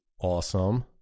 awesome